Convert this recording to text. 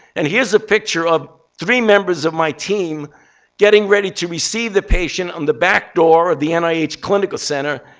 and here's a picture of three members of my team getting ready to receive the patient on the back door of the and nih clinical center,